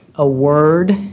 a word,